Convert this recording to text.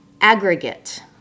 aggregate